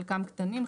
חלקם קטנים,